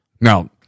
Now